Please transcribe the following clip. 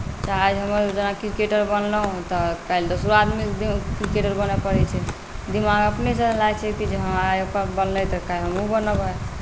तऽ आइ हम आओर जेना क्रिकेटर बनलहुँ तऽ काल्हि दोसरो आदमीकेँ क्रिकेटर बनय पड़ैत छै दिमाग अपने चलय लागैत छै जे हंँ आइ ओ बनलै तऽ काल्हि हमहूँ बनब